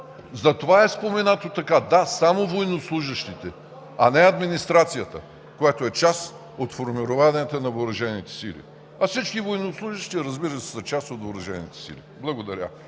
Затова е споменато така – да, само военнослужещите, а не администрацията, която е част от формированията на въоръжените сили. А всички военнослужещи, разбира се, са част от въоръжените сили. Благодаря.